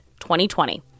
2020